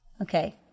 Okay